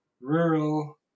rural